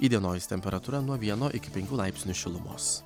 įdienojus temperatūra nuo vieno iki penkių laipsnių šilumos